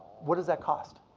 what does that cost?